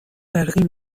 برقی